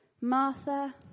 Martha